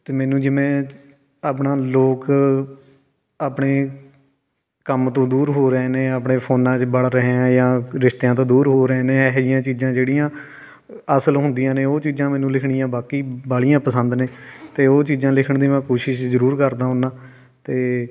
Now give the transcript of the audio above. ਅਤੇ ਮੈਨੂੰ ਜਿਵੇਂ ਆਪਣਾ ਲੋਕ ਆਪਣੇ ਕੰਮ ਤੋਂ ਦੂਰ ਹੋ ਰਹੇ ਨੇ ਆਪਣੇ ਫੋਨਾਂ 'ਚ ਵੜ ਰਹੇ ਆ ਜਾਂ ਰਿਸ਼ਤਿਆਂ ਤੋਂ ਦੂਰ ਹੋ ਰਹੇ ਨੇ ਇਹੋ ਜਿਹੀਆਂ ਚੀਜ਼ਾਂ ਜਿਹੜੀਆਂ ਅਸਲ ਹੁੰਦੀਆਂ ਨੇ ਉਹ ਚੀਜ਼ਾਂ ਮੈਨੂੰ ਲਿਖਣੀਆਂ ਬਾਕੀ ਬਾਹਲੀਆਂ ਪਸੰਦ ਨੇ ਅਤੇ ਉਹ ਚੀਜ਼ਾਂ ਲਿਖਣ ਦੀ ਮੈਂ ਕੋਸ਼ਿਸ਼ ਜ਼ਰੂਰ ਕਰਦਾ ਹੁੰਦਾ ਅਤੇ